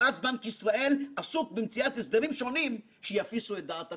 ואז בנק ישראל עסוק במציאת הסדרים שונים שיפיסו את דעת הכול.